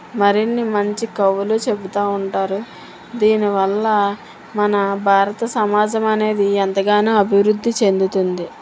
మరిన్ని మంచి కవులు చెబుతూ ఉంటారు దీనివల్ల మన భారత సమాజం అనేది ఎంతగానో అభివృద్ధి చెందుతుంది